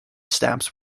stamps